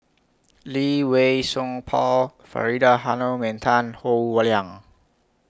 Lee Wei Song Paul Faridah Hanum and Tan Howe Liang